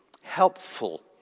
helpful